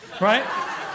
Right